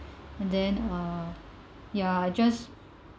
and then uh ya just